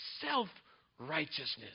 self-righteousness